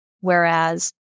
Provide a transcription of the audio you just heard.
Whereas